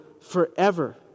forever